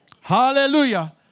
Hallelujah